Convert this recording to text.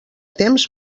temps